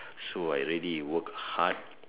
so I really work hard